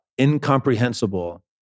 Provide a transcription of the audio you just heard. incomprehensible